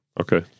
Okay